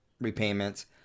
repayments